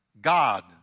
God